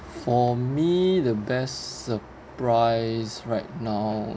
for me the best surprise right now